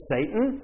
Satan